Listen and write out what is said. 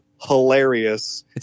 hilarious